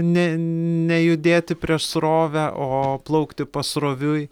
ne nejudėti prieš srovę o plaukti pasroviui